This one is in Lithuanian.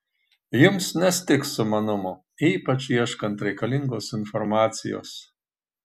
jums nestigs sumanumo ypač ieškant reikalingos informacijos